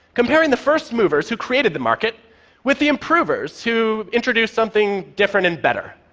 comparing the first movers who created the market with the improvers who introduced something different and better.